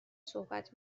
صحبت